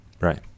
Right